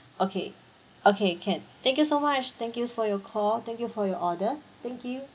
okay okay can thank you so much thank you for your call thank you for your order thank you